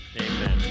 Amen